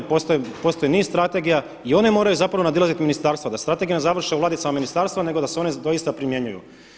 Postoji niz strategija i one moraju nadilaziti ministarstva da strategije ne završe u ladicama ministarstva nego se da se one doista primjenjuju.